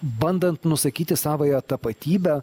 bandant nusakyti savąją tapatybę